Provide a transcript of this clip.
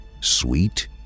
Sweet